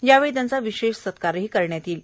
यावेळी त्यांचा विशेष सत्कार करण्यात येईल